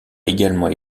également